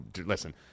Listen